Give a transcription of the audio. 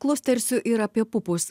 klustersiu ir apie pupus